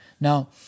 Now